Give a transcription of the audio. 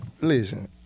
listen